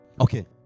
Okay